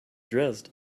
dressed